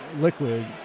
liquid